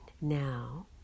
Now